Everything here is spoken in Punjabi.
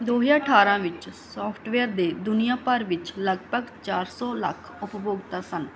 ਦੋ ਹਜ਼ਾਰ ਅਠਾਰਾਂ ਵਿੱਚ ਸੌਫਟਵੇਅਰ ਦੇ ਦੁਨੀਆਂ ਭਰ ਵਿੱਚ ਲਗਭਗ ਚਾਰ ਸੌ ਲੱਖ ਉਪਭੋਗਤਾ ਸਨ